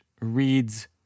reads